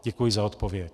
Děkuji za odpověď.